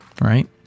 right